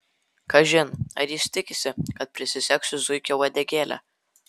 kažin ar jis tikisi kad prisisegsiu zuikio uodegėlę